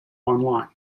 online